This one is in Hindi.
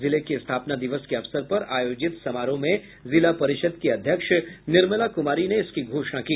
जिले के स्थापना दिवस के अवसर पर आयोजित समारोह में जिला परिषद् की अध्यक्ष निर्मला कुमारी ने इसकी घोषणा की